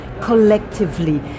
collectively